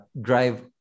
drive